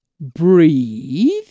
Breathe